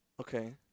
okay